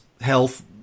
health